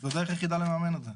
זאת הדרך היחידה לממן את זה.